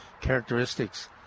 characteristics